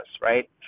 right